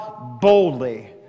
boldly